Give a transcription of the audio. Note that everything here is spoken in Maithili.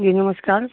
जी नमस्कार